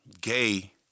gay